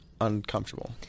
uncomfortable